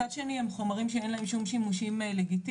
מצד שני הם חומרים שאין להם שום שימושים לגיטימיים,